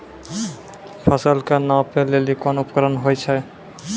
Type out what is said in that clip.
फसल कऽ नापै लेली कोन उपकरण होय छै?